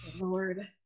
lord